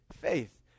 Faith